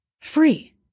Free